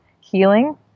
Healing